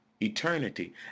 eternity